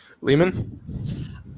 Lehman